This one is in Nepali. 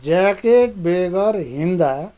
ज्याकेट बेगर हिँड्दा